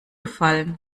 gefallen